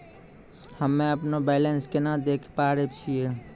हम्मे अपनो बैलेंस केना देखे पारे छियै?